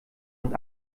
und